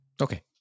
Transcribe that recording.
Okay